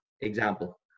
example